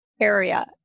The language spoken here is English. area